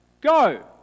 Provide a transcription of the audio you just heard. go